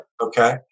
Okay